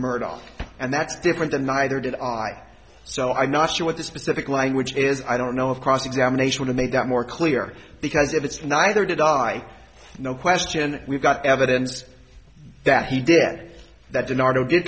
murder and that's different and neither did i so i'm not sure what the specific language is i don't know of cross examination to make that more clear because if it's neither did i no question we've got evidence that he did that